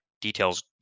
details